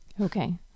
Okay